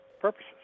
purposes